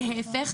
להיפך.